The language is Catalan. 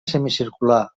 semicircular